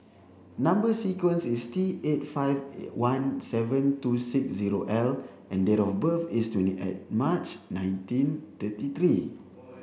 number sequence is T eight five one seven two six zero L and date of birth is twenty eight March nineteen thirty three